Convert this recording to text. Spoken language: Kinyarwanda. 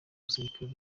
musirikare